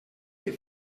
que